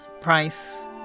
Price